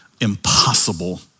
impossible